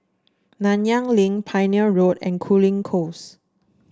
Nanyang Link Pioneer Road and Cooling Close